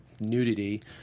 nudity